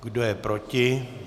Kdo je proti?